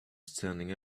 standing